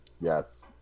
Yes